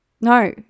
no